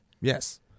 Yes